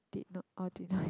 did not all did not have